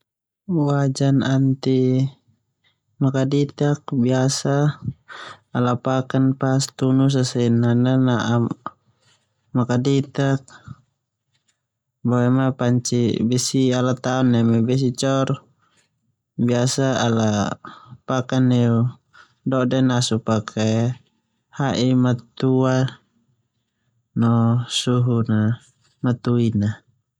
Jenis wajan anti makaditak biasa ala paken pas tunu sesena nana'ak makaditak. Panvi besi ala taon neme besi cor biasa ala paken neu dode pake ha'i matua.